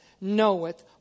knoweth